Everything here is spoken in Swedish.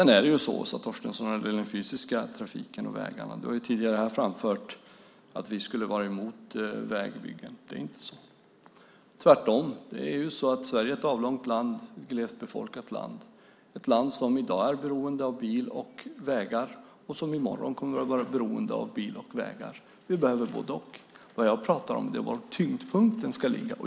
När det gäller den fysiska trafiken och vägarna, Åsa Torstensson, har du tidigare framfört att vi skulle vara emot vägbyggen. Det är inte så - tvärtom. Sverige är ett avlångt och glesbefolkat land, ett land som i dag är beroende av bil och vägar och som i morgon kommer att vara beroende av bil och vägar. Vi behöver både-och. Vad jag pratar om är var tyngdpunkten ska ligga.